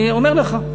אני אומר לך.